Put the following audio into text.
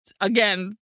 Again